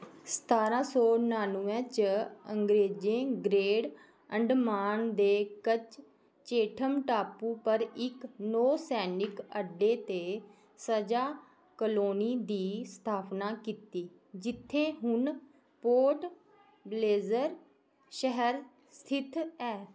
सतारां सौ नानुऐ च अंग्रजें ग्रेट अंडमान दे कश चेठम टापू पर इक नोसैनिक अड्डे ते सजा कलोनी दी स्थापना कीती जित्थै हून पोर्ट ब्लेयर शैह्र स्थित है